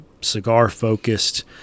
cigar-focused